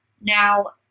Now